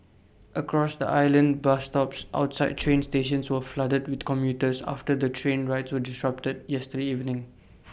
across the island bus stops outside train stations were flooded with commuters after the train rides were disrupted yesterday evening